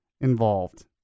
involved